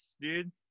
dude